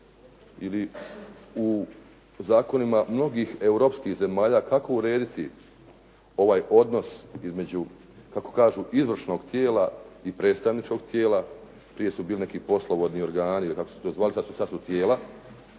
ili u zakonima mnogih europskih zemalja kako urediti ovaj odnos između kako kažu izvršnog tijela i predstavničkog tijela. Prije su bili neki poslovodni organi ili kako se to zvalo. Sad su tijela,